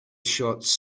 shots